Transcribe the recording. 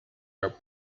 are